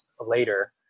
later